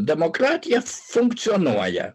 demokratija funkcionuoja